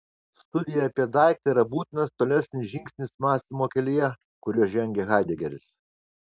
studija apie daiktą yra būtinas tolesnis žingsnis mąstymo kelyje kuriuo žengia haidegeris